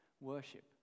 worship